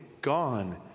gone